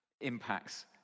impacts